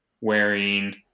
wearing